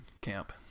camp